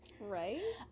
right